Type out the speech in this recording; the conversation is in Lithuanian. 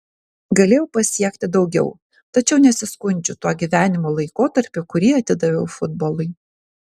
galėjau pasiekti daugiau tačiau nesiskundžiu tuo gyvenimo laikotarpiu kurį atidaviau futbolui